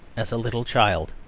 as a little child.